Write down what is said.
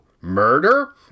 Murder